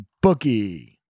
bookie